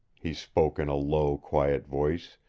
he spoke in a low, quiet voice.